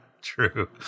True